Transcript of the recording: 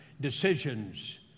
decisions